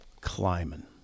Climbing